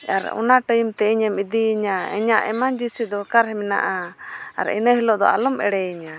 ᱟᱨ ᱚᱱᱟ ᱛᱮ ᱤᱧᱮᱢ ᱤᱫᱤᱭᱤᱧᱟ ᱤᱧᱟᱹᱜ ᱫᱚᱨᱠᱟᱨ ᱢᱮᱱᱟᱜᱼᱟ ᱟᱨ ᱤᱱᱟᱹ ᱦᱤᱞᱚᱜ ᱫᱚ ᱟᱞᱚᱢ ᱮᱲᱮᱭᱤᱧᱟ